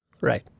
Right